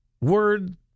word